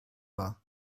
war